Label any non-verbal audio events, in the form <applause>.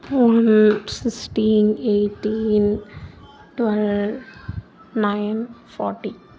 <unintelligible> sixteen eighteen twelve nine forty